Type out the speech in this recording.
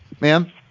ma'am